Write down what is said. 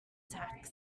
tacks